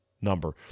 number